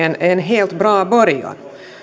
en helt bra början